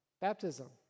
baptism